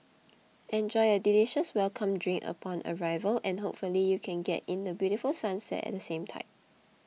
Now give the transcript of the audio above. enjoy a delicious welcome drink upon arrival and hopefully you can get in the beautiful sunset at the same time